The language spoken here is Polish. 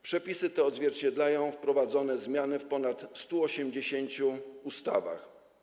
Przepisy te odzwierciedlają wprowadzane zmiany w ponad 180 ustawach.